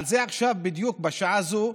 על זה עכשיו בדיוק, בשעה זו,